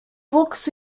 books